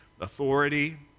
authority